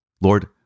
Lord